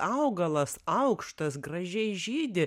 augalas aukštas gražiai žydi